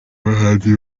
bahanzi